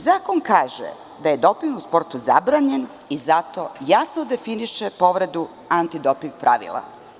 Zakon kaže da je doping u sportu zabranjen i zato jasno definiše povredu antidoping pravila.